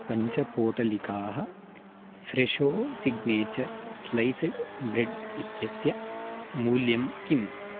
पञ्चपोटलिकाः Fresho signature sliced bread इत्यस्य मूल्यं किम्